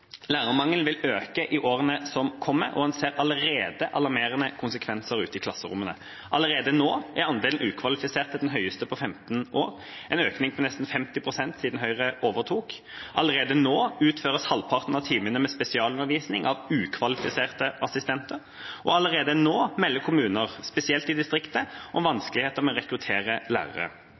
Lærermangelen vil øke i årene som kommer, og en ser allerede alarmerende konsekvenser ute i klasserommene. Allerede nå er andelen ukvalifiserte den høyeste på 15 år, en økning på nesten 50 pst. siden Høyre overtok. Allerede nå utføres halvparten av timene med spesialundervisning av ukvalifiserte assistenter. Og allerede nå melder kommuner, spesielt i distriktene, om vanskeligheter med å rekruttere lærere.